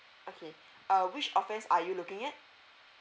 okay uh which offence are you looking at